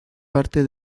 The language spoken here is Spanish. parte